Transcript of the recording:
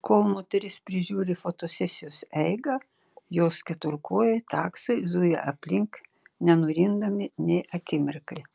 kol moteris prižiūri fotosesijos eigą jos keturkojai taksai zuja aplink nenurimdami nė akimirkai